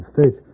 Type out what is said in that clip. States